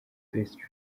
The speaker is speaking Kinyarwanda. best